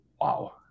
wow